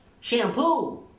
Shampoo